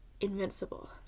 invincible